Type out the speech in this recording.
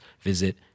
visit